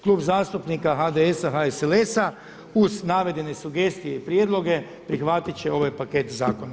Klub zastupnika HDS-a, HSLS-a uz navedene sugestije i prijedloge prihvatit će ovaj paket zakona.